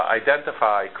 identify